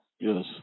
Yes